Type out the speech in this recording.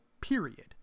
period